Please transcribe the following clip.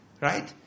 Right